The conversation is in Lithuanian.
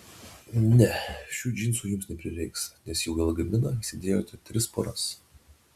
ne šių džinsų jums neprireiks nes jau į lagaminą įsidėjote tris poras